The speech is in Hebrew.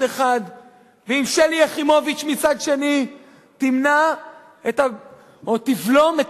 אחד ועם שלי יחימוביץ מצד שני ימנעו או יבלמו את